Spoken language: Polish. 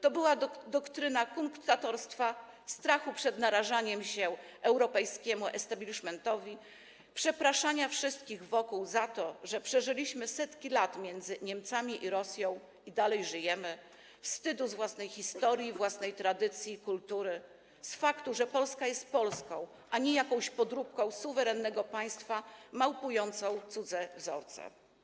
To była doktryna kunktatorstwa, strachu przed narażaniem się europejskiemu establishmentowi, przepraszania wszystkich wokół za to, że przeżyliśmy setki lat między Niemcami i Rosją, że dalej żyjemy, wstydu za własną historię, własną tradycję i kulturę, za fakt, że Polska jest Polską, a nie jakąś podróbką suwerennego państwa małpującą cudze wzorce.